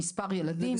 ממספר ילדים,